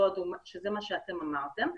שזה מה שאתם אמרתם,